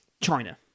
China